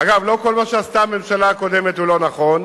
אגב, לא כל מה שעשתה הממשלה הקודמת לא נכון,